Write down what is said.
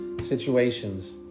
situations